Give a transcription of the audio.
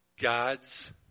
God's